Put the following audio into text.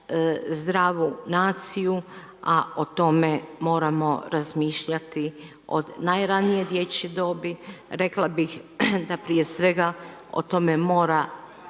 zdravu naciju, a o tome moramo razmišljati od najranije dječje dobi, rekla bih da prije svega o tome mora